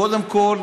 קודם כול,